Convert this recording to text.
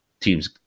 teams